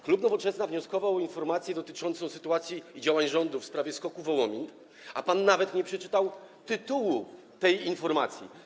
Klub Nowoczesna wnioskował o informację dotyczącą sytuacji i działań rządu w sprawie SKOK-u Wołomin, a pan nawet nie przeczytał tytułu tej informacji.